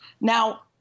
Now